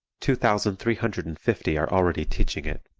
two thousand three hundred and fifty are already teaching it,